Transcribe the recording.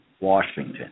Washington